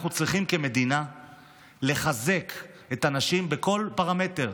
אנחנו צריכים כמדינה לחזק את הנשים בכל פרמטר,